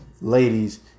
ladies